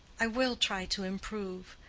i will try to improve.